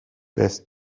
best